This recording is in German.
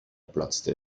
platzte